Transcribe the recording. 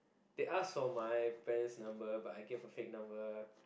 they ask for my parents number but I gave a fake number